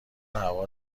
هوا